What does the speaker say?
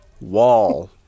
wall